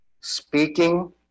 Speaking